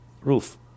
roof